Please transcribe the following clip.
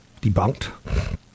debunked